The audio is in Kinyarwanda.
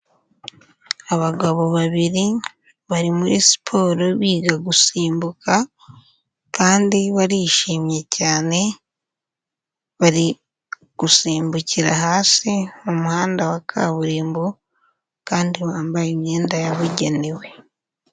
Abagabo babiri bari muri siporo biga gusimbuka kandi barishimye cyane, bari gusimbukira hasi mu muhanda wa kaburimbo kandi bambaye imyenda yabugenewe.